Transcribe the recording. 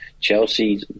Chelsea